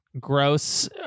gross